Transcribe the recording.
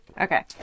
okay